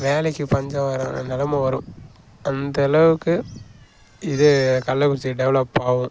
வேலைக்கு பஞ்சம் வர்ற நிலம வரும் அந்தளவுக்கு இது கள்ளக்குறிச்சி டெவலப் ஆகும்